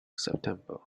september